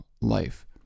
life